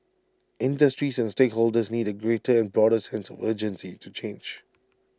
industries and stakeholders need A greater and broader sense of urgency to change